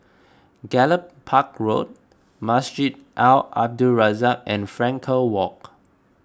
Gallop Park Road Masjid Al Abdul Razak and Frankel Walk